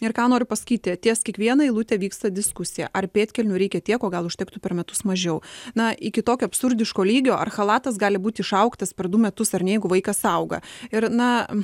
ir ką noriu pasakyti ties kiekviena eilute vyksta diskusija ar pėdkelnių reikia tiek o gal užtektų per metus mažiau na iki tokio absurdiško lygio ar chalatas gali būti išaugtas per du metus ar ne jeigu vaikas auga ir na